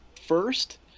first